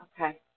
Okay